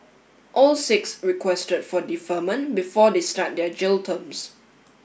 all six requested for deferment before they start their jail terms